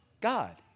God